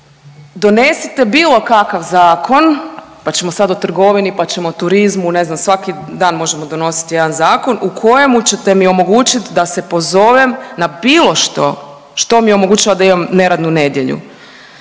Donesite bilo kakav zakon pa ćemo sad o trgovini, pa ćemo o turizmu, ne znam svaki dan možemo donositi jedan zakon u kojemu ćete mi omogućiti da se pozovem na bilo što što mi omogućava da imam nerednu nedjelju.